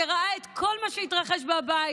שראה את כל מה שהתרחש בבית,